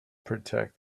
protect